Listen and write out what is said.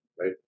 right